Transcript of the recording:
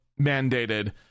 mandated